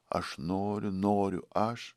aš noriu noriu aš